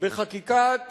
בחקיקת